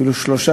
אפילו שלושה,